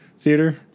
Theater